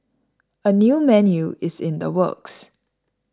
a new menu is in the works